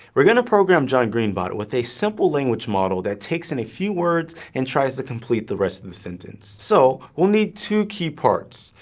we're going to program john-green-bot with a simple language model that takes in a few words and tries to complete the rest of the sentence. so we'll need two key parts,